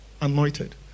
anointed